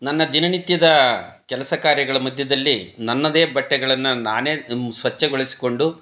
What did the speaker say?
ನನ್ನ ದಿನನಿತ್ಯದ ಕೆಲಸ ಕಾರ್ಯಗಳ ಮಧ್ಯದಲ್ಲಿ ನನ್ನದೇ ಬಟ್ಟೆಗಳನ್ನು ನಾನೇ ಸ್ವಚ್ಛಗೊಳಿಸಿಕೊಂಡು